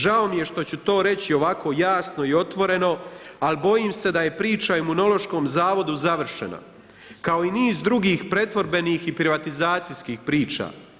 Žao mi je što ću to reći, ovako jasno i otvoreno, ali bojim se da je priča o Imunološkom zavodu završena, kao i niz drugih pretvorbenih i privatizacijskih priča.